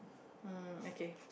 um okay